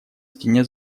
стене